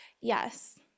Yes